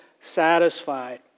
satisfied